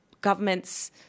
governments